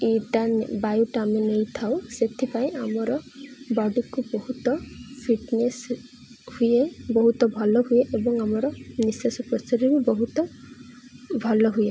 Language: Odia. ଇଟା ବାୟୁଟା ଆମେ ନେଇଥାଉ ସେଥିପାଇଁ ଆମର ବଡ଼ିକୁ ବହୁତ ଫିଟନେସ୍ ହୁଏ ବହୁତ ଭଲ ହୁଏ ଏବଂ ଆମର ନିଶ୍ୱାସ ପ୍ରଶ୍ଵାସରେ ବି ବହୁତ ଭଲ ହୁଏ